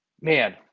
man